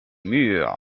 murs